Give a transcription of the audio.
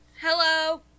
Hello